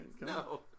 no